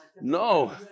No